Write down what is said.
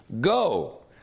Go